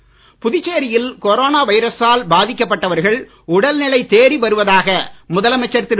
நாராயணசாமி புதுச்சேரியில் கொரோனா வைரசால் பாதிக்கப்பட்டவர்கள் உடல்நிலை தேறி வருவதாக முதலமைச்சர் திரு